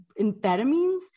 amphetamines